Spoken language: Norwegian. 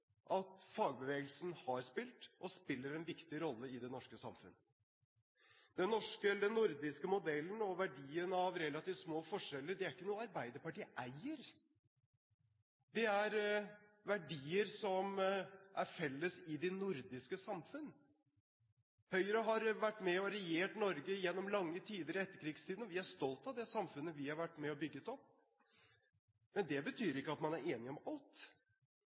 at fagbevegelsen har spilt og spiller en viktig rolle i det norske samfunn. Den nordiske modellen og verdien av relativt små forskjeller er ikke noe Arbeiderpartiet eier, det er verdier som er felles i de nordiske samfunn. Høyre har vært med og regjert Norge gjennom lange perioder i etterkrigstiden, og vi er stolt av det samfunnet vi har vært med og bygget opp. Men det betyr ikke at man er enig om alt.